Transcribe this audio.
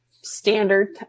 standard